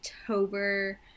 October